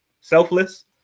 selfless